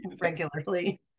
regularly